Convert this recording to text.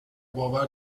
باور